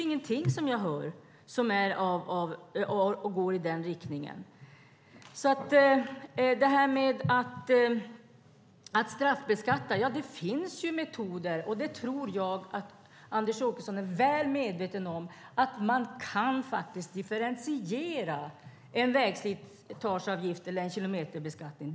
Ingenting som jag hör går i den riktningen. Det talas om att straffbeskatta men det finns ju metoder, och det tror jag att Anders Åkesson är väl medveten om. Man kan faktiskt differentiera en vägslitageavgift eller en kilometerbeskattning.